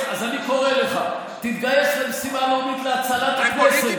אז אני קורא לך: תתגייס למשימה לאומית להצלת הכנסת.